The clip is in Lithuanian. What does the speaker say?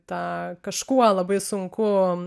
tą kažkuo labai sunku